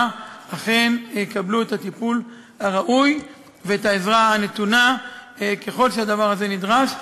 אכן יקבלו את הטיפול הראוי ואת העזרה הנתונה ככל שהדבר הזה נדרש.